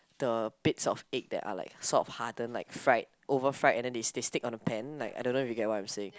the bits of egg that are like sort of hardened like fried over fried and they stick on the pan like I don't know if you get what I'm saying